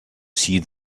see